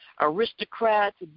aristocrats